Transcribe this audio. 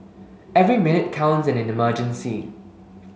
every minute counts in an emergency